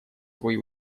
свои